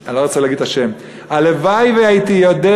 אני לא רוצה להגיד את השם: הלוואי שהייתי יודע,